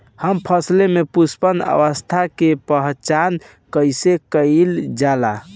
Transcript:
हम फसलों में पुष्पन अवस्था की पहचान कईसे कईल जाला?